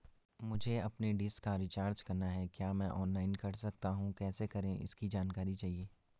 मुझे अपनी डिश का रिचार्ज करना है क्या मैं ऑनलाइन कर सकता हूँ कैसे करें इसकी जानकारी चाहिए?